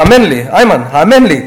האמן לי, איימן, האמן לי.